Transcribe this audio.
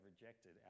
rejected